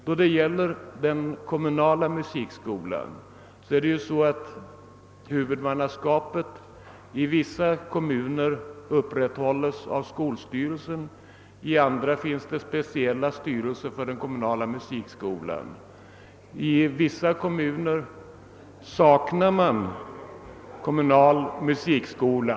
Då det gäller den kommunala musikskolan upprätthålls huvudmannaskapet i vissa kommuner av en skolstyrelse, medan det i andra kommuner finns speciella styrelser för denna skolform. I en del kommuner saknar man kommunal musikskola.